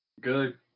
good